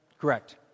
Correct